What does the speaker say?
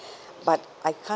but I can't